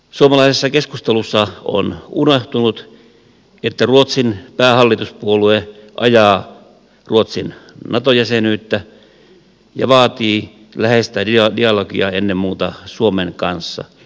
suomalaisessa keskustelussa on unohtunut että ruotsin päähallituspuolue ajaa ruotsin nato jäsenyyttä ja vaatii läheistä dialogia ennen muuta suomen kanssa